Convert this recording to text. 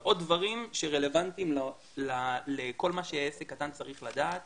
אבל עוד דברים שרלוונטיים לכל מה שעסק קטן צריך לדעת